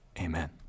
amen